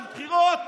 בשביל בחירות?